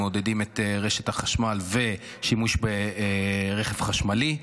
מעודדים את רשת החשמל ושימוש ברכב חשמלי,